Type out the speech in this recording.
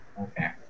Okay